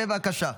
בבקשה.